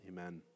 Amen